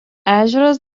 ežeras